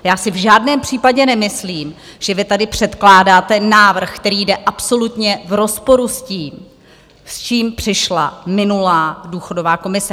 Já si v žádném případě nemyslím, že vy tady předkládáte návrh, který jde absolutně v rozporu s tím, s čím přišla minulá důchodová komise.